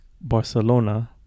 Barcelona